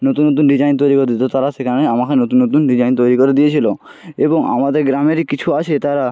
নতুন নতুন ডিজাইন তৈরি করতে দিতে তো তারা সেখানে আমাকে নতুন নতুন ডিজাইন তৈরি করে দিয়েছিলো এবং আমাদের গ্রামেরই কিছু আছে তারা